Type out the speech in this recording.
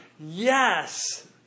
Yes